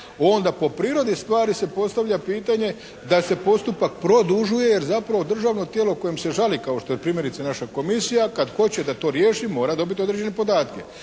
onda po prirodi stvari se postavlja pitanje da se postupak produžuje jer zapravo državno tijelo kojem se žali, kao što je primjerice naša Komisija, kad hoće da to riješi mora dobiti određene podatke,